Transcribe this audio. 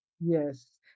Yes